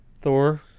Thor